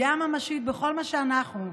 פגיעה ממשית בכל מה שאנחנו,